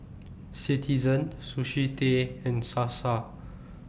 Citizen Sushi Tei and Sasa